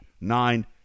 nine